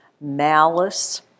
malice